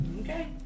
Okay